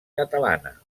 catalana